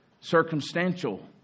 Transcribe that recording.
circumstantial